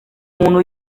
umuntu